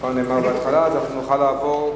כבר נאמרו בהתחלה, אז אנחנו נעבור,